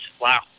wow